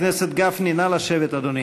חבר הכנסת גפני, נא לשבת, אדוני.